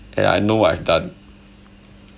and I know I had done